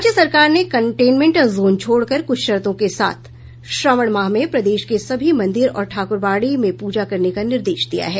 राज्य सरकार ने कंटेनमेंट जोन छोड़कर कुछ शर्तो के साथ श्रावण माह में प्रदेश के सभी मंदिर और ठाकुरबाड़ी में पूजा करने का निर्देश दिया है